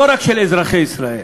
לא רק אזרחי ישראל.